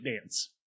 dance